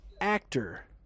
actor